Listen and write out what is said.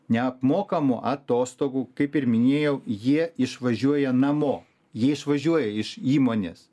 neapmokamų atostogų kaip ir minėjau jie išvažiuoja namo jie išvažiuoja iš įmonės